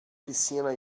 piscina